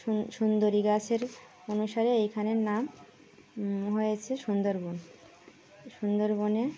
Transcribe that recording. স সুন্দর গাছের অনুসারে এইখানের নাম হয়েছে সুন্দরবন সুন্দরবনে